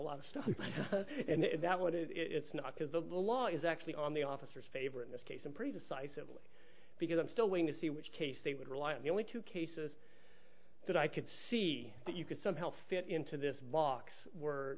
lot of stuff and that what it is it's not because the law is actually on the officers favor in this case and pretty decisively because i'm still waiting to see which case they would rely on the only two cases that i could see that you could somehow fit into this locks were